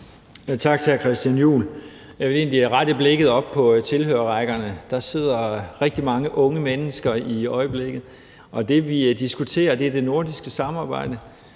hr. Christian Juhl. Jeg vil egentlig rette blikket op på tilhørerrækkerne. Der sidder rigtig mange unge mennesker i øjeblikket, og det, vi diskuterer, er det nordiske samarbejde.